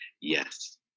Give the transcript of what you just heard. yes